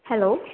hello